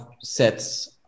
sets